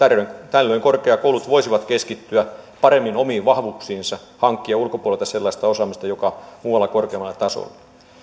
tällöin korkeakoulut voisivat keskittyä paremmin omiin vahvuuksiinsa ja hankkia ulkopuolelta sellaista osaamista joka muualla on korkeammalla tasolla